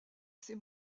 ces